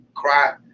cry